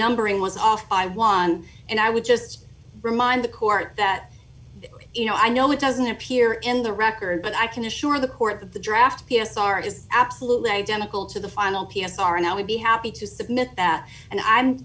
numbering was off i won and i would just remind the court that you know i know it doesn't appear in the record but i can assure the court that the draft p s r is absolutely identical to the final p s r and i would be happy to submit that and i'm